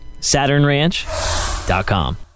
SaturnRanch.com